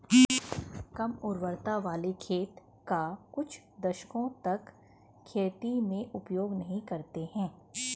कम उर्वरता वाले खेत का कुछ दशकों तक खेती में उपयोग नहीं करते हैं